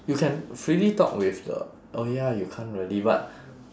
you can freely talk with the oh ya you can't really but